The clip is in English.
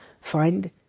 find